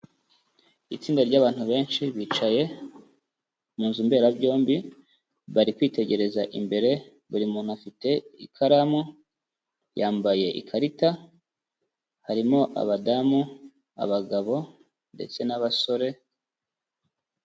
Itsinda ry'abantu benshi bicaye mu nzu mberabyombi, bari kwitegereza imbere buri muntu afite ikaramu, yambaye ikarita, harimo abadamu, abagabo ndetse n'abasore.